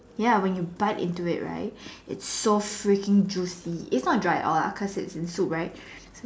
ya when you bite into like it's so freaking juicy it's not dry at all lah because it's in soup right